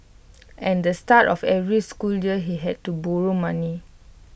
and the start of every school year he had to borrow money